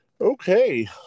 Okay